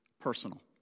personal